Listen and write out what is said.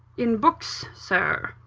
in books, sir.